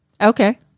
okay